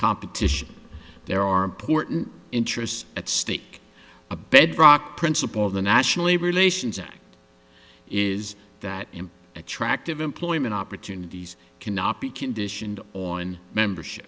competitions there are important interests at stake a bedrock principle the national labor relations act is that and attractive employment opportunities cannot be conditioned on membership